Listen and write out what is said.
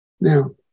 Now